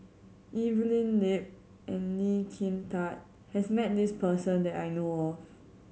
Evelyn Lip and Lee Kin Tat has met this person that I know of